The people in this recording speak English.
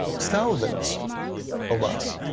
thousands of us.